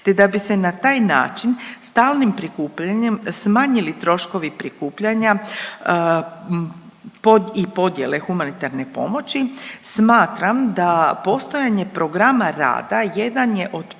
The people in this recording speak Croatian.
te da bi se na taj način stalnim prikupljanjem smanjili troškovi prikupljanja i podjele humanitarne pomoći smatram da postojanje programa rada jedan je od